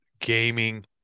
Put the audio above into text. gaming